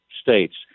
States